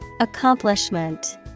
Accomplishment